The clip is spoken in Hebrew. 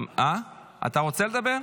אתה רוצה לדבר?